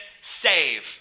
save